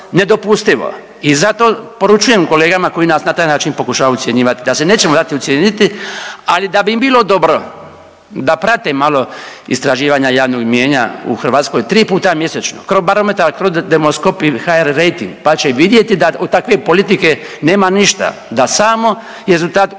I zato poručujem kolegama koji nas na taj način pokušavaju ucjenjivat da se nećemo dati ucijeniti, ali da bi im bilo dobro da prate malo istraživanja javnog mnijenja u Hrvatskoj tri puta mjesečno Crobarometar, CRO Demoskop i HRejting pa će vidjeti da od takve politike nema ništa, da samo je rezultat urušavanje